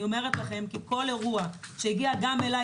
אני אומרת לכם את זה כי כל אירוע שהגיע גם אליי,